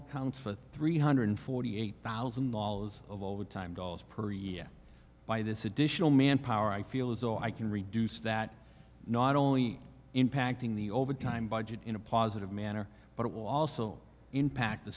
accounts for three hundred forty eight thousand dollars of overtime dollars per year by this additional manpower i feel as though i can reduce that not only impacting the overtime budget in a positive manner but it will also impact the